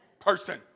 person